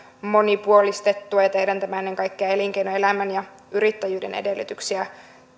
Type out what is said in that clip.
monipuolistettua ja tehdään tämä ennen kaikkea elinkeinoelämän ja yrittäjyyden edellytyksiä